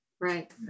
Right